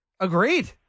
Agreed